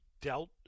dealt